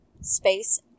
space